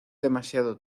demasiado